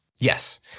Yes